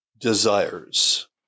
desires